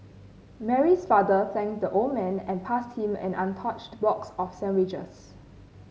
Mary's father thanked the old man and passed him an untouched box of sandwiches